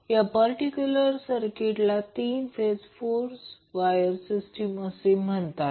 या पर्टिक्युलर सर्किटला 3 phase 4 wire system असे म्हणतात